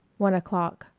one o'clock.